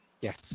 Yes